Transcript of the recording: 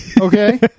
okay